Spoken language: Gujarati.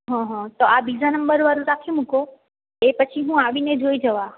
હ હ તો આ બીજા નંબર વાળું રાખી મૂકો એ પછી હું આવીને જોઈ જવા